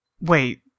Wait